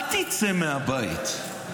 אל תצא מהבית.